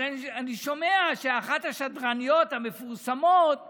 אבל אני שומע שאחת השדרניות המפורסמות אומרת,